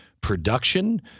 production